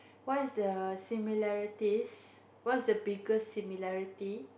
what's the similarities what's the biggest similarity